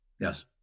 Yes